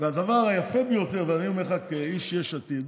והדבר היפה ביותר אני אומר לך כאיש יש עתיד: